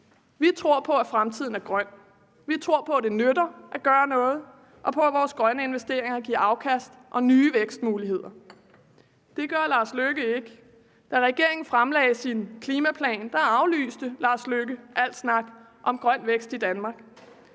Vi tror, at fremtiden er grøn. Vi tror, det nytter at gøre noget, og at vores grønne investeringer giver afkast og nye vækstmuligheder. Det gør hr. Lars Løkke Rasmussen ikke. Da regeringen fremlagde sin klimaplan, aflyste hr. Lars Løkke Rasmussen at snakke om grøn vækst i Danmark,